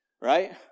right